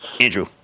Andrew